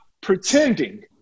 pretending